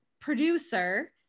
producer